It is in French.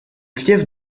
fief